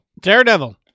Daredevil